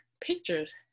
pictures